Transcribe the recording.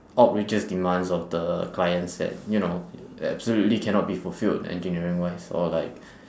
outrageous demands of the clients that you know absolutely cannot be fulfilled engineering wise or like